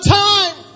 time